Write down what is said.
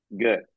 Good